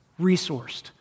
resourced